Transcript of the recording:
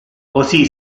così